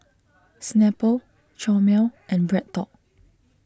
Snapple Chomel and BreadTalk